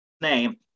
name